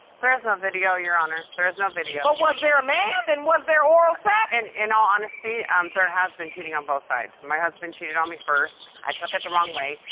there is no video, your honor. there is no video. but was there a man, and was there oral sex? and in all honesty, um, there has been cheating on both sides. my husband cheated on me first. i took it the wrong way.